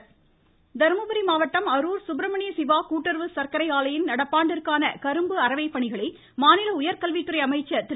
தர்மபுரி தர்மபுரி மாவட்டம் அரூர் சுப்பிரமணிய சிவா கூட்டுறவு சர்க்கரை ஆலையின் நடப்பாண்டிற்கான கரும்பு அறவைப் பணிகளை மாநில உயர்கல்வித்துறை அமைச்சர் திரு